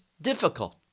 difficult